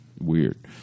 weird